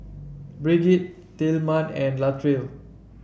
Brigitte Tilman and Latrell